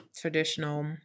traditional